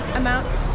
amounts